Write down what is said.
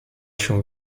się